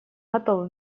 готовы